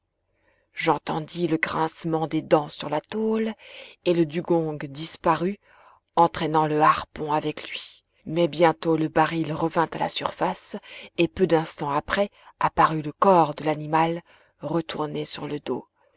j'entendis le grincement des dents sur la tôle et le dugong disparut entraînant le harpon avec lui mais bientôt le baril revint à la surface et peu d'instants après apparut le corps de l'animal retourné sur le dos